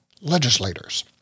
legislators